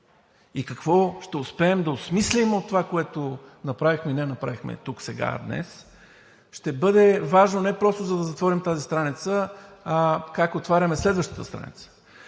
И какво ще успеем да осмислим от това, което направихме и не направихме тук, сега, днес, ще бъде важно не просто за да затворим тази страница, а как отваряме следващата страница.